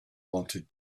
wanted